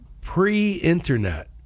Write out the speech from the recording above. pre-internet